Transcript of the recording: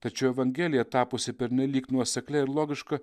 tačiau evangelija tapusi pernelyg nuoseklia ir logiška